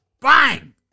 Bang